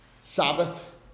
Sabbath